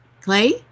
Clay